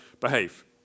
behave